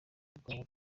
bwawe